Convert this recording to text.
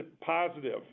positive